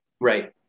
right